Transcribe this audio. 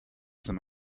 some